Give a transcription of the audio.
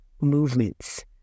movements